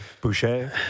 Boucher